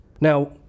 Now